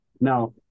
now